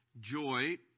joy